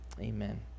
Amen